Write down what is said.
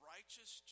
Righteous